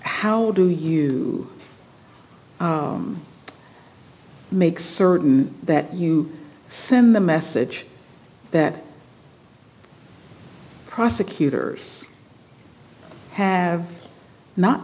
how do you make certain that you send the message that prosecutors have not